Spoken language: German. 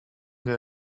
der